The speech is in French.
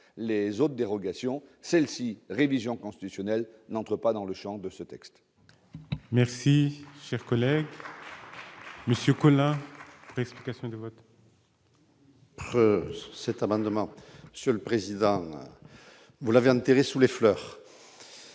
les autres dérogations celle-ci révision constitutionnelle n'entre pas dans le Champ de ce texte. Merci, cher collègue Monsieur qu'on a, explications de vote. Cet amendement, monsieur le président, vous l'avez enterré sous les fleurs,